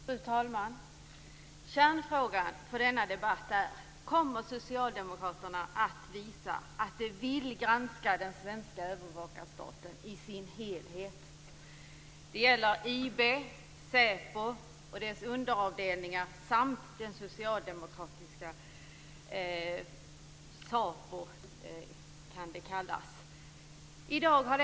Fru talman! Kärnfrågan för denna debatt är: Kommer socialdemokraterna att visa att de vill granska den svenska övervakarstaten i dess helhet? Det gäller IB, SÄPO och dess underavdelningar samt det socialdemokratiska SAPO, som det kan kallas.